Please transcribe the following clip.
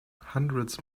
hundreds